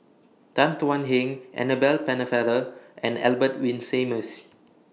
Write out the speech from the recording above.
Tan Thuan Heng Annabel Pennefather and Albert Winsemius